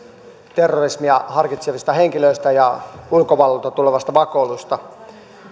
terrorismia harkitsevista henkilöistä ja ulkomailta tulevasta vakoilusta